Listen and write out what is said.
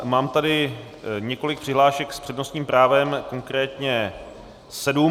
Mám tady několik přihlášek s přednostním právem, konkrétně sedm.